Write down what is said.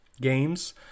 games